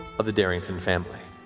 of the darrington family.